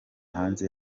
hanze